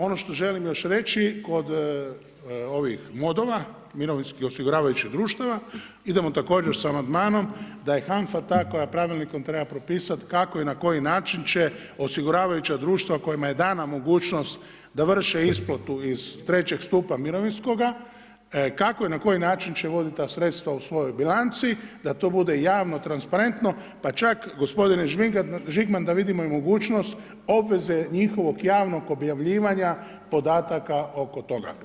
Ono što želim još reći kod MOD-ova, Mirovinskih osiguravajućih društava, idemo također s amandmanom da je HANFA ta koja pravilnikom treba propisat kako i na koji način će osiguravajuća društva kojima je dana mogućnost da vrše isplatu iz III. stupa mirovinskoga, kako i na koji način će voditi sredstva u svojoj bilanci, da to bude javno, transparentno, pa čak, gospodine Žigman, da vidimo mogućnost obveze njihovog javnog objavljivanja podataka oko toga.